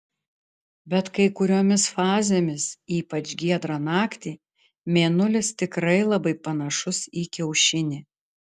bet kai kuriomis fazėmis ypač giedrą naktį mėnulis tikrai labai panašus į kiaušinį